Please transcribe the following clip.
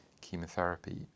chemotherapy